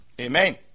Amen